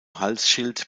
halsschild